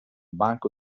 banco